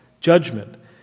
judgment